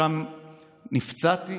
שם נפצעתי?